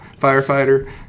firefighter